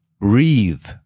breathe